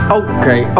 okay